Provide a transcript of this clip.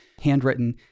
Handwritten